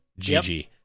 GG